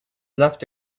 left